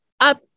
up